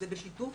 זה בשיתוף